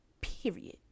period